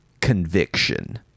conviction